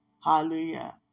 Hallelujah